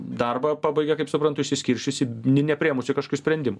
darbą pabaigia kaip suprantu išsiskirsčiusi nepriėmusi kažkokių sprendimų